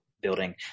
building